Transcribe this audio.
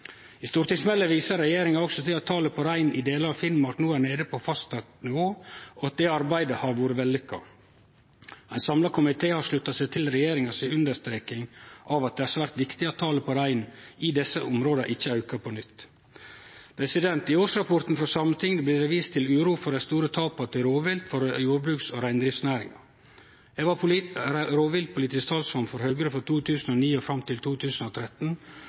I stortingsmeldinga viser regjeringa også til at talet på rein i delar av Finnmark no er nede på fastsett nivå, og at det arbeidet har vore vellukka. Ein samla komité har slutta seg til regjeringa si understreking av at det er svært viktig at talet på rein i desse områda ikkje aukar på nytt. I årsrapporten frå Sametinget blir det vist til uro for dei store tapa til rovvilt for jordbruks- og reindriftsnæringa. Eg var rovviltpolitisk talsmann for Høgre frå 2009 og fram til 2013